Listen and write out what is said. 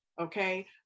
okay